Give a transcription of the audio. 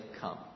come